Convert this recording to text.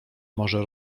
może